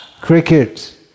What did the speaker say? Cricket